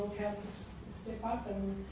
councils step up and